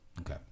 Okay